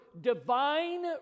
divine